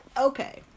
okay